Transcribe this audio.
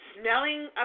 smelling